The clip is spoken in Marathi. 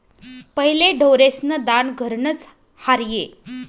पहिले ढोरेस्न दान घरनंच र्हाये